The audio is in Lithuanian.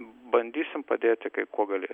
bandysim padėti kai kuo galėsim